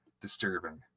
Disturbing